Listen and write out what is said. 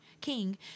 King